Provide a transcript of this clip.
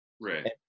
Right